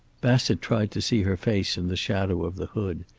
bassett tried to see her face in the shadow of the hood.